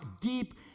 deep